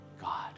God